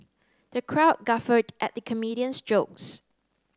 the crowd guffawed at the comedian's jokes